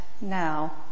now